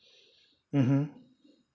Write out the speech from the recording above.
mmhmm